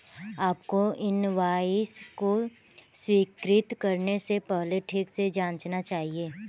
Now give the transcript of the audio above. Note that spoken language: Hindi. आपको इनवॉइस को स्वीकृत करने से पहले ठीक से जांचना चाहिए